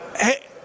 Hey